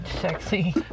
sexy